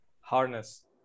harness